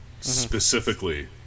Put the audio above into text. Specifically